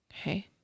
okay